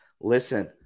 listen